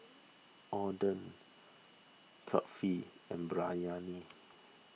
Oden Kulfi and Biryani